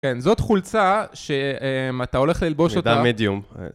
כן, זאת חולצה שאתה הולך ללבוש אותה... מידה מדיום.